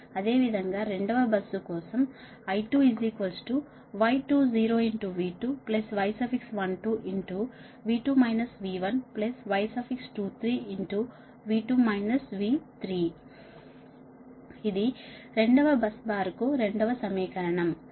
అదేవిధంగా రెండవ బస్సు కోసం I2y20V2 y12 y23 ఇది రెండవ బస్ బార్కు రెండవ సమీకరణం సరియైనది